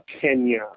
Kenya